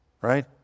Right